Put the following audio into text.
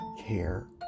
care